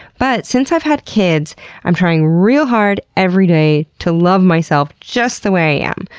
but since i've had kids i'm trying real hard every day to love myself just the way i am.